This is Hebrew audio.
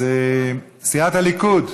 אז סיעת הליכוד.